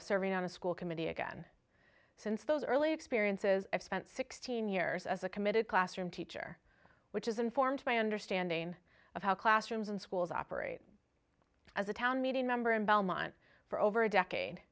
of serving on the school committee again since those early experiences i've spent sixteen years as a committed classroom teacher which is informed by understanding of how classrooms and schools operate as a town meeting member in belmont for over a decade